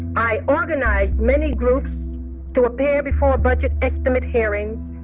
i organize many groups to appear before budget estimate hearings,